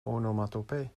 onomatopee